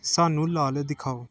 ਸਾਨੂੰ ਲਾਲ ਦਿਖਾਓ